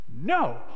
No